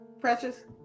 Precious